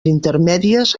intermèdies